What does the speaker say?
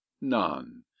none